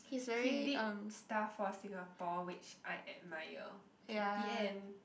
he did stuff for Singapore which I admire kay the end